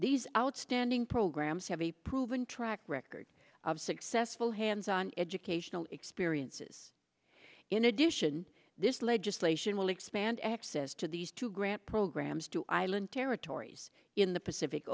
these outstanding programs have a proven track record of successful hands on educational experiences in addition this legislation will expand access to these two grant programs to island territories in the pacific